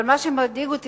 אבל מה שמדאיג אותי,